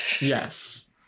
yes